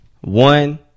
One